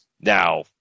Now